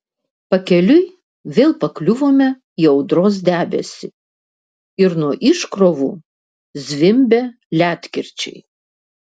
pakeliui vėl pakliuvome į audros debesį ir nuo iškrovų zvimbė ledkirčiai